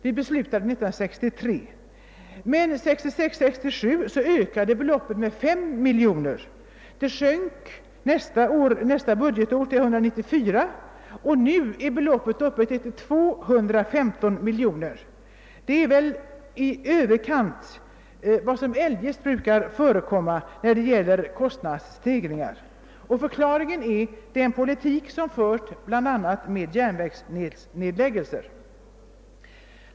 Det förblev sedan oförändrat under de två följande budgetåren men steg 1966/67 med 5 miljoner kronor. Det sjönk nästa budgetår till 194 miljoner kronor, och nu är beloppet uppe i 215 miljoner kronor. Förklaringen är den politik som förts, bl.a. med järnvägsnedläggningar.